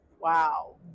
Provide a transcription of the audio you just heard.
Wow